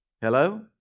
Hello